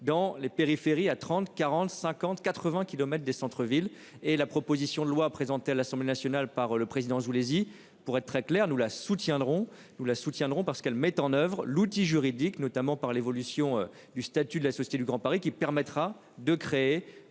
dans les périphéries à 30 40 50 80 kilomètres des centre-ville, et la proposition de loi présentée à l'Assemblée nationale par le président Zulesi. Pour être très clair, nous la soutiendrons nous la soutiendrons parce qu'elle met en oeuvre l'outil juridique notamment par l'évolution du statut de la Société du Grand Paris qui permettra de créer